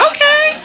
Okay